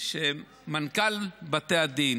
שמנכ"ל בתי הדין